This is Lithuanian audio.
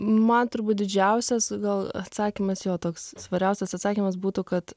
man turbūt didžiausias gal atsakymas jo toks svariausias atsakymas būtų kad